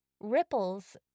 ripples